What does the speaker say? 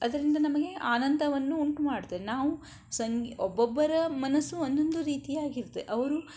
ಅದರಿಂದ ನಮಗೆ ಆನಂದವನ್ನು ಉಂಟುಮಾಡ್ತದೆ ನಾವು ಸಂಗಿ ಒಬ್ಬೊಬ್ಬರ ಮನಸ್ಸು ಒಂದೊಂದು ರೀತಿಯಾಗಿರತ್ತೆ ಅವರು